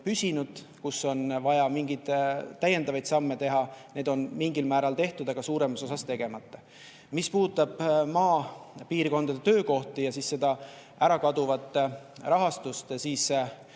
kus on vaja mingeid täiendavaid samme teha, on neid mingil määral tehtud, aga suuremas osas tegemata. Mis puudutab maapiirkondade töökohti ja seda ära kaduvat rahastust, siis